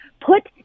put